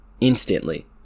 instantly